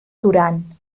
duran